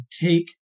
Take